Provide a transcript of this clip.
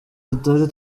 tutari